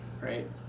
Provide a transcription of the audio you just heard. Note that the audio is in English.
right